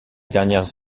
dernières